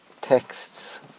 texts